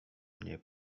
mnie